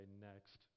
next